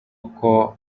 uko